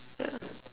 ya